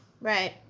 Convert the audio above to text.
right